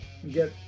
get